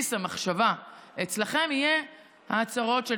שבסיס המחשבה אצלכם יהיה ההצהרות של